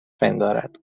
پندارد